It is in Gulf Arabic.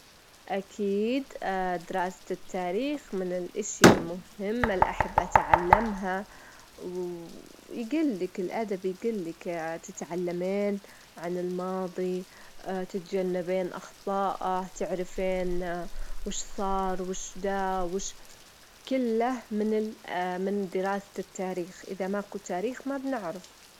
بالنسبة لك لي اللون الأحمر عندي يرتبط بالجوة، ويمتل الحب والسعادة، يعني متلًا في الأعياد والعروض يشيلون الأحمر كدلالة على الفرح والحظ.